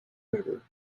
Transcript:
river